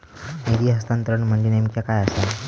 निधी हस्तांतरण म्हणजे नेमक्या काय आसा?